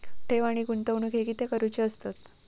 ठेव आणि गुंतवणूक हे कित्याक करुचे असतत?